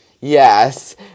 Yes